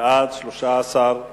בעד, 13,